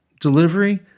delivery